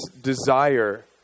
desire